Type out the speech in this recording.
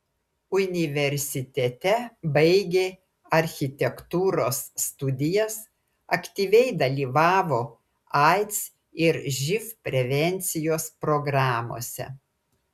universitete baigė architektūros studijas aktyviai dalyvavo aids ir živ prevencijos programose